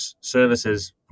services